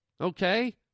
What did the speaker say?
Okay